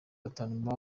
batanu